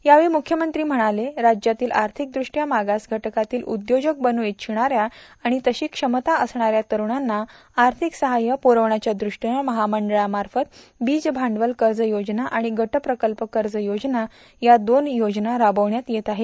यावेळी मुख्यमंत्री म्हणाले राज्यातील आर्थिकद्रष्ट्या मागास घटकातील उद्योजक बन् इच्छिणाऱ्या आणि तशी क्षमता असणाऱ्या तरूणांना आर्थिक सहाय्य पुरविण्याच्या दृष्टीनं महामंडळामार्फत बीज भांडवल कर्ज योजना आणि गट प्रकल्प कर्ज योजना या दोन योजना राबविण्यात येत आहे